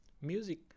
music